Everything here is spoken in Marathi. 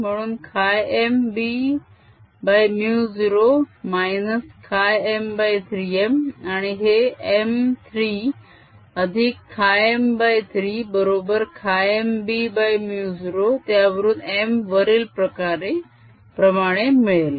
म्हणून χm bμ0 χm3m आणि हे m 3 अधिक χm3 बरोबर χm bμ0 त्यावरून m वरील प्रमाणे मिळेल